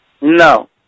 No